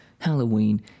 Halloween